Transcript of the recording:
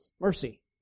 Mercy